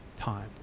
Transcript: time